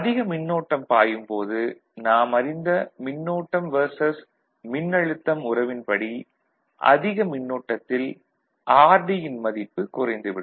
அதிக மின்னோட்டம் பாயும் போது நாம் அறிந்த மின்னோட்டம் வெர்சஸ் மின்னழுத்தம் உறவின் படி அதிக மின்னோட்டத்தில் rd யின் மதிப்பு குறைந்து விடும்